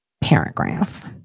paragraph